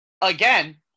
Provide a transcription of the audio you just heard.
again